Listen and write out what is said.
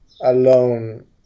alone